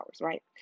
right